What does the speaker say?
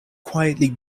quietly